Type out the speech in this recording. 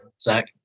Zach